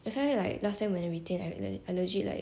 that's why like last time when I retain I like actually right